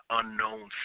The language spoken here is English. unknown